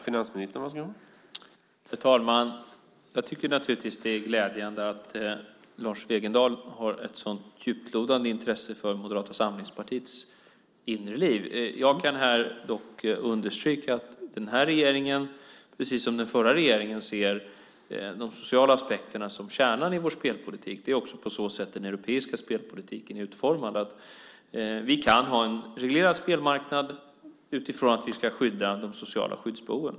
Herr talman! Det är naturligtvis glädjande att Lars Wegendal har ett sådant djuplodande intresse för Moderata samlingspartiets inre liv. Jag kan dock understryka att den här regeringen precis som den förra ser de sociala aspekterna som kärnan i vår spelpolitik. Det är också så den europeiska spelpolitiken är utformad - vi kan ha en reglerad spelmarknad utifrån att vi ska värna de sociala skyddsbehoven.